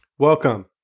Welcome